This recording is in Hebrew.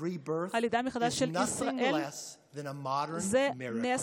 הלידה מחדש של ישראל היא לא פחות מנס מודרני,